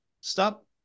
stop